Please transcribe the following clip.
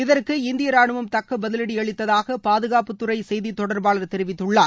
இதற்கு இந்திய ரானுவம் தக்க பதிலடி அளித்ததாக பாதுகாப்புத்துறை செய்தி தொடர்பாளர் தெரிவித்துள்ளார்